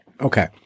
Okay